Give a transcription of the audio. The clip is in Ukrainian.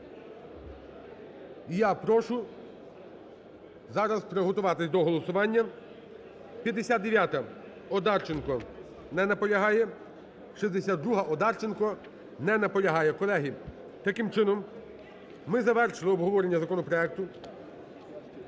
Я прошу зараз приготуватися до голосування. 59-а, Одарченко. Не наполягає. 62-а, Одарченко. Не наполягає. Колеги, таким чином ми завершили обговорення законопроекту.